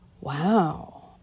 Wow